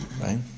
right